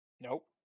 Nope